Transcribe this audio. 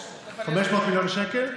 500. 500 מיליון שקלים,